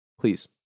Please